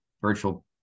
virtual